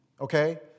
okay